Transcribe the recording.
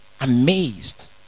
Amazed